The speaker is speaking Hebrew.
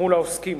מול העוסקים.